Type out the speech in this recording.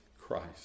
Christ